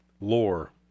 lore